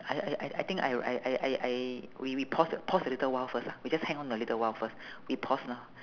I I I I think I I I I I we we pause pause a little while first ah we just hang on a little while first we pause ah